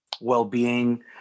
well-being